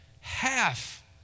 Half